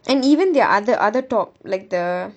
and even their other other top like the